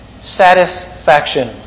satisfaction